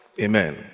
Amen